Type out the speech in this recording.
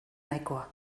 nahikoa